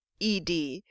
ed